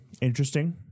interesting